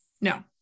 No